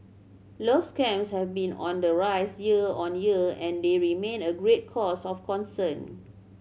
love scams have been on the rise year on year and they remain a great cause of concern